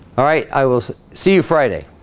i will see you friday